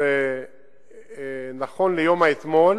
זה נכון ליום האתמול